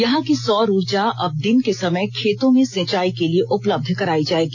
यहां की सौर ऊर्जा अब दिन के समय खेतों में सिंचाई के लिए उपलब्ध कराई जायेगी